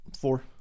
four